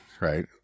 right